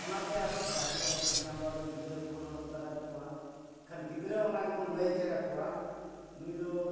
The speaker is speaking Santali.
ᱚᱱᱟᱛᱮ ᱟᱫᱚ ᱵᱟᱦᱨᱮ ᱵᱚᱱ ᱚᱰᱚᱠ ᱮᱱᱠᱷᱟᱱ ᱫᱚ ᱟᱫᱚ ᱜᱤᱫᱽᱨᱟᱹ ᱠᱚᱵᱚᱱ ᱚᱰᱚᱠ ᱫᱟᱲᱮᱭᱟᱜ ᱠᱚᱣᱟ ᱮᱱᱠᱷᱟᱱ ᱜᱤᱫᱽᱨᱟᱹ ᱚᱱᱟᱜᱮ ᱵᱚᱱ ᱞᱟᱹᱭ ᱪᱮᱫ ᱟᱠᱚᱣᱟ ᱱᱩᱭ ᱫᱚ